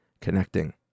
connecting